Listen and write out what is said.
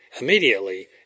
immediately